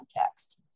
context